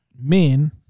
Men